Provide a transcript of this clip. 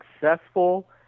successful